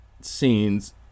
scenes